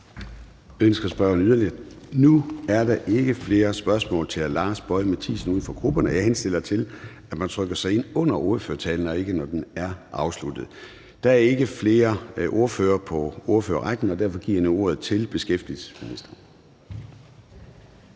Nu er der ikke flere spørgsmål til hr. Lars Boje Mathiesen, uden for grupperne. Jeg henstiller til, at man trykker sig ind under ordførertalen og ikke, når den er afsluttet. Der er ikke flere ordførere i ordførerrækken, og derfor giver jeg nu ordet til beskæftigelsesministeren.